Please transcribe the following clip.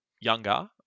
younger